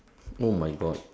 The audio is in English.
oh my god